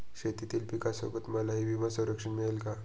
शेतीतील पिकासोबत मलाही विमा संरक्षण मिळेल का?